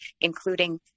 including